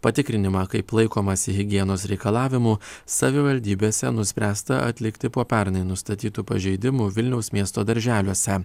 patikrinimą kaip laikomasi higienos reikalavimų savivaldybėse nuspręsta atlikti po pernai nustatytų pažeidimų vilniaus miesto darželiuose